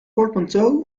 portmanteau